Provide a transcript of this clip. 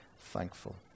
thankful